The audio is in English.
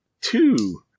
two